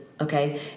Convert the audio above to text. okay